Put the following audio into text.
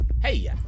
Hey